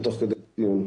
בסדר.